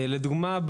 לדוגמה,